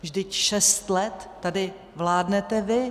Vždyť šest let tady vládnete vy.